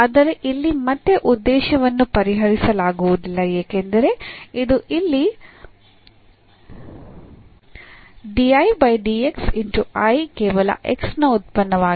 ಆದರೆ ಇಲ್ಲಿ ಮತ್ತೆ ಉದ್ದೇಶವನ್ನು ಪರಿಹರಿಸಲಾಗುವುದಿಲ್ಲ ಏಕೆಂದರೆ ಇದು ಇಲ್ಲಿ I ಕೇವಲ x ನ ಉತ್ಪನ್ನವಾಗಿದೆ